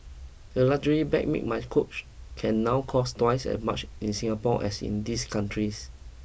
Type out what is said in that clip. a luxury bag made by Coach can now cost twice as much in Singapore as in these countries